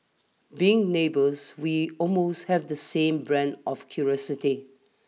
being neighbours we almost have the same brand of curiosity